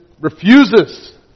refuses